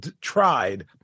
tried